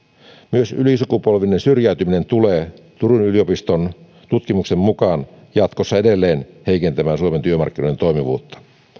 myös ylisukupolvinen syrjäytyminen tulee turun yliopiston tutkimuksen mukaan jatkossa edelleen heikentämään suomen työmarkkinoiden toimivuutta